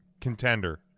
contender